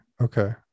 Okay